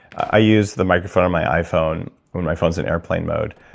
i use the microphone on my iphone when my phone's in airplane mode,